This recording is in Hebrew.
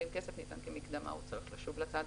ואם כסף ניתן כמקדמה הוא צריך לשוב לצד,